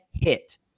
hit